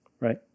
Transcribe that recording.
right